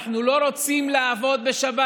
אנחנו לא רוצים לעבוד בשבת.